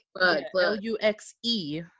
L-U-X-E